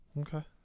Okay